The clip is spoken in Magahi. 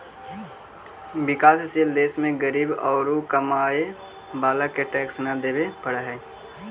विकासशील देश में गरीब औउर कमाए वाला के टैक्स न देवे पडऽ हई